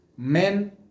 Men